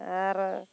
ᱟᱨ